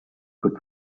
could